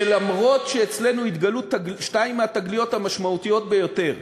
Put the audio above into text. שאף שאצלנו התגלו שתיים מהתגליות המשמעותיות ביותר,